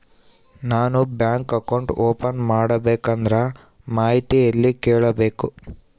ನಾನು bank account open ಮಾಡಬೇಕಂದ್ರ ಮಾಹಿತಿ ಎಲ್ಲಿ ಕೇಳಬೇಕು?